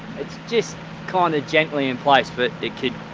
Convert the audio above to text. it's just kinda gently in place but it could.